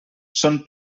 són